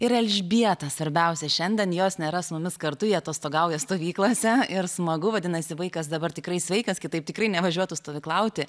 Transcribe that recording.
ir elžbieta svarbiausia šiandien jos nėra su mumis kartu ji atostogauja stovyklose ir smagu vadinasi vaikas dabar tikrai sveikas kitaip tikrai nevažiuotų stovyklauti